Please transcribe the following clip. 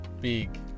big